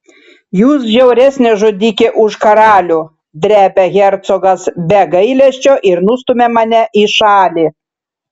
jūs žiauresnė žudikė už karalių drebia hercogas be gailesčio ir nustumia mane į šalį